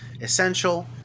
Essential